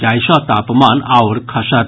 जाहि सॅ तापमान आओर खसत